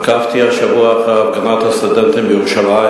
עקבתי השבוע אחר הפגנת הסטודנטים בירושלים